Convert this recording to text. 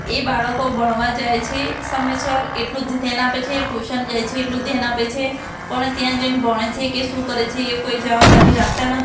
એ બાળકો ભણવા જાય છે સમયસર એટલું જ ધ્યાન આપે છે ટયૂસન જાય છે એટલું જ ધ્યાન આપે છે પણ ત્યાં જઈને ભણે છે કે શું કરે છે એ કોઈ જવાબદારી રાખતા નથી